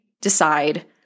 decide